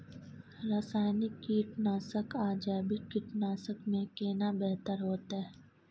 रसायनिक कीटनासक आ जैविक कीटनासक में केना बेहतर होतै?